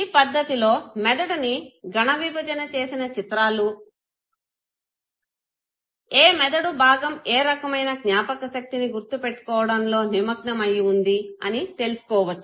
ఈ పద్ధతిలో మెదడుని గణ విభజన చేసిన చిత్రాలు ఏ మెదడు భాగం ఏ రకమైన జ్ఞాపకశక్తిని గుర్తు పెట్టుకోవడంలో నిమగ్నం అయి వుంది అని తెలుసుకోవచ్చు